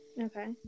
Okay